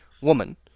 woman